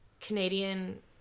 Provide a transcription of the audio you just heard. Canadian